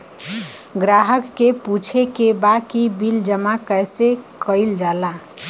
ग्राहक के पूछे के बा की बिल जमा कैसे कईल जाला?